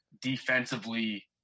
defensively